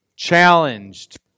Challenged